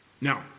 Now